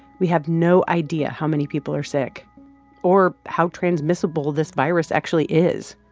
we have no idea how many people are sick or how transmissible this virus actually is.